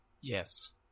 Yes